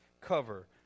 cover